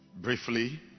briefly